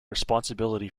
responsibility